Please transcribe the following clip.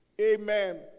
Amen